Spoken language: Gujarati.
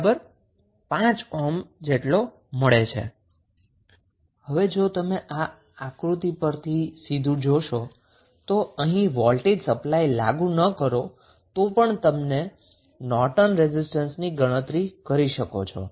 2 5 મળે છે હવે જો તમે આ આકૃતિ પરથી સીધું જોશો જો અહીં વોલ્ટેજ સપ્લાય લાગુ ન કરો તો પણ તમે નોર્ટન રેઝિસ્ટન્સ ની ગણતરી કરી શકો છો